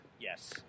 Yes